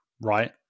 right